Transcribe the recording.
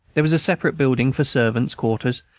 there was a separate building for servants' quarters,